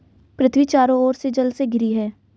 पृथ्वी चारों ओर से जल से घिरी है